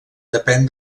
depèn